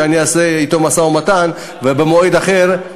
אני אעשה אתו משא-ומתן ובמועד אחר,